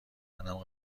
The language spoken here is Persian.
منم